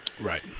Right